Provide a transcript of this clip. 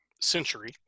century